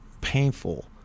painful